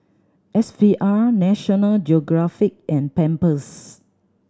S V R National Geographic and Pampers